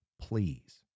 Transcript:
please